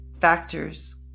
Factors